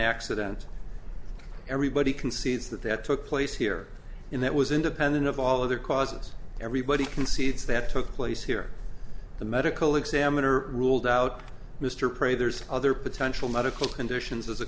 accident everybody concedes that that took place here in that was independent of all other causes everybody concedes that took place here the medical examiner ruled out mr pray there's other potential medical conditions as a